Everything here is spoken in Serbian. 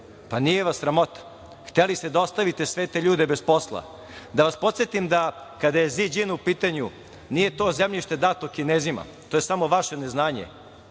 Nije vas sramota. Hteli ste da ostavite sve te ljude bez posla. Da vas podsetim da kada je Ziđin u pitanju, nije to zemljište dato Kinezima, to je samo vaše neznanje.